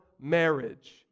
marriage